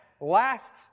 last